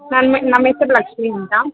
ma'am ನಮ್ಮ ಹೆಸ್ರ್ ಲಕ್ಷ್ಮೀ ಅಂತ